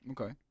Okay